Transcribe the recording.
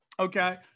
Okay